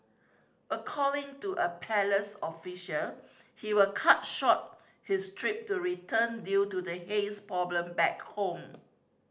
according to a palace official he will cut short his trip to return due to the haze problem back home